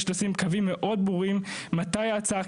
יש לשים קווים מאוד ברורים מתי ההצעה